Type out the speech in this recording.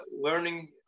learning